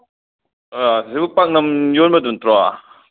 ꯑꯥ ꯁꯤꯕꯨ ꯄꯥꯛꯅꯝ ꯌꯣꯟꯕꯗꯨ ꯅꯠꯇ꯭ꯔꯣ